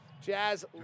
Jazz